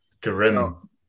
grim